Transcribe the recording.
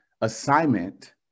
assignment